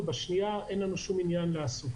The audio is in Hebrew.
ובשנייה אין לנו שום עניין לעסוק.